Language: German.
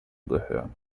gehören